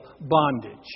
bondage